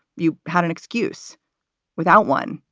you had an excuse without one,